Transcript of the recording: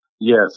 Yes